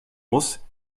muss